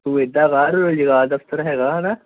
ਤੂੰ ਇਦਾਂ ਕਰ ਰੋਜਗਾਰ ਦਫਤਰ ਹੈਗਾ ਹਨਾ